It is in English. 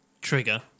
trigger